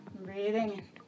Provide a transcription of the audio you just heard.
Breathing